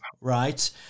right